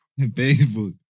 Facebook